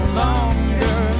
longer